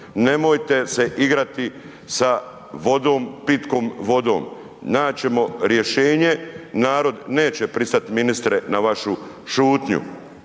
Nemojte se igrati sa vodom pitkom vodom. Naći ćemo rješenje, narod neće pristati ministre na vašu šutnju.